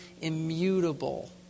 immutable